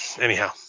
anyhow